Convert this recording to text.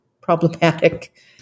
problematic